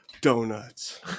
Donuts